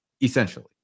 Essentially